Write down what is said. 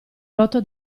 rotto